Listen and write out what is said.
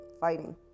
fighting